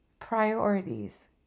Priorities